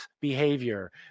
behavior